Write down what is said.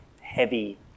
heavy